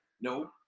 no